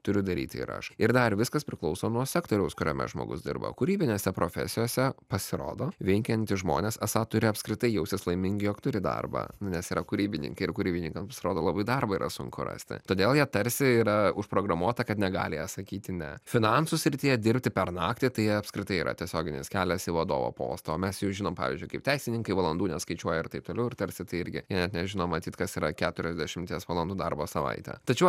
turiu daryti ir aš ir dar viskas priklauso nuo sektoriaus kuriame žmogus dirba kūrybinėse profesijose pasirodo veikiantys žmonės esą turi apskritai jaustis laimingi jog turi darbą nes yra kūrybininkai ir kūrybininkams paisrodo labai darbo yra sunku rasti todėl jie tarsi yra užprogramuoti kad negali atsakyti ne finansų srityje dirbti per naktį tai apskritai yra tiesioginis kelias į vadovo postą mes jau žinom pavyzdžiui kaip teisininkai valandų neskaičiuoja ir taip toliau ir tarsi tai irgi net nežino matyt kas yra keturiasdešimties valandų darbo savaitė tačiau